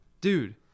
Dude